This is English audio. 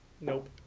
Nope